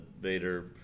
Vader